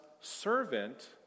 servant